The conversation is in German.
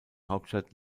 hauptstadt